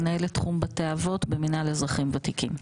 אני מנהלת תחום בתי אבות במינהל אזרחים ותיקים.